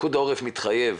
פיקוד העורף מתחייב,